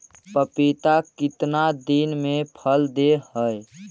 पपीता कितना दिन मे फल दे हय?